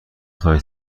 خواهی